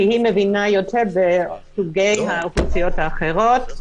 כי היא מבינה יותר בסוגי האוכלוסיות האחרות,